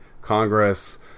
Congress